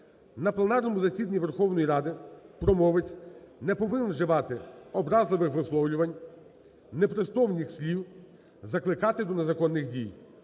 на пленарному засіданні Верховної Ради промовець не повинен вживати образливих висловлювань, непристойних слів, закликати до незаконних дій.